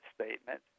statement